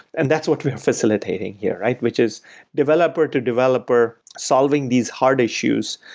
and that's what we are facilitating here, which is developer to developer solving these hard issues,